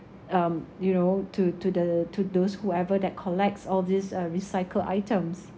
um you know to to the to those whoever that collects all these uh recycled items